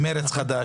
עם מרץ חדש.